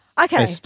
okay